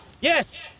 Yes